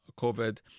COVID